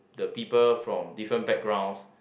the people from different backgrounds